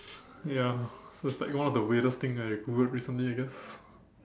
ya so it was like one of the weirdest thing that I Googled recently I guess